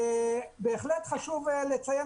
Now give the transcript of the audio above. בהחלט חשוב לציין,